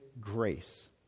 grace